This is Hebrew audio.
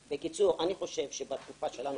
כרטיסים בגלל שהוא ציין שהוא צריך מקום נגיש?